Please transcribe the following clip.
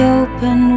open